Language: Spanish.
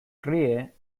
ríe